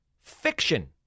Fiction